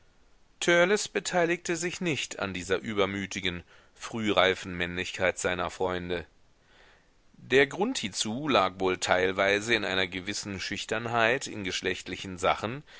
beteiligte sich nicht an dieser übermütigen frühreifen männlichkeit seiner freunde der grund hiezu lag wohl teilweise in einer gewissen schüchternheit in geschlechtlichen sachen